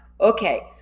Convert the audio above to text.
okay